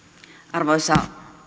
arvoisa